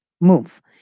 move